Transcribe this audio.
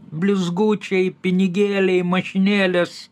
blizgučiai pinigėliai mašinėlės